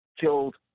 killed